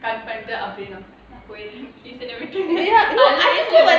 cut பண்ணிட்டோம் அப்டினு என்ன விட்ருங்க:pannitom apdinu enna vitrunga